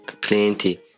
plenty